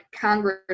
congress